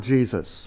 Jesus